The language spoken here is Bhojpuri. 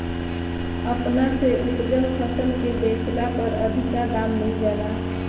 अपना से उपजल फसल के बेचला पर अधिका दाम मिल जाला